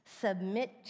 submit